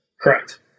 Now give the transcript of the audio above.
Correct